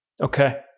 Okay